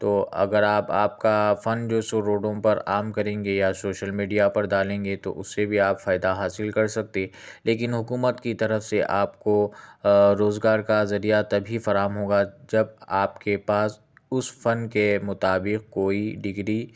تو اگر آپ آپ کا فن جو سو روڈوں پر عام کریں گے یا شوشل میڈیا پر ڈالیں گے تو اُسے بھی آپ فائدہ حاصل کر سکتے لیکن حکومت کی طرف سے آپ کو روزگار کا ذریعہ تبھی فراہم ہو گا جب آپ کے پاس اُس فن کے مطابق کوئی ڈگری